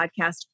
podcast